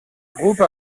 groupe